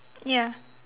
ya